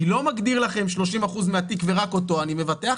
אני לא מגדיר לכם 30% מהתיק ורק אותו אני מבטח,